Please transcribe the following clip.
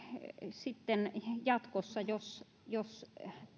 sitten jatkossa jos jos